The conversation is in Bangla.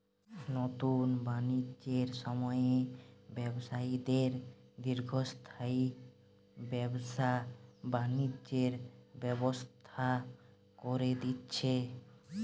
নুতন বাণিজ্যের সময়ে ব্যবসায়ীদের দীর্ঘস্থায়ী ব্যবসা বাণিজ্যের ব্যবস্থা কোরে দিচ্ছে